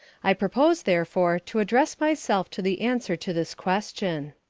i propose therefore to address myself to the answer to this question.